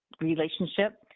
relationship